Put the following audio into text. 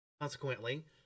consequently